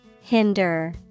Hinder